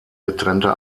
getrennte